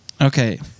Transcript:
Okay